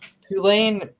Tulane